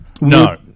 No